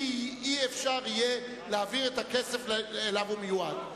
לא יהיה אפשר להעביר את הכסף שאליו הוא מיועד.